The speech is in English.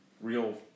real